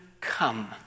come